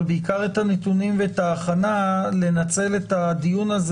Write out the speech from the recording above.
אבל בעיקר את הנתונים ואת ההכנה לנצל את הדיון הזה